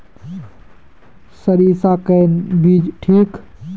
सरीसा कौन बीज ठिक?